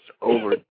over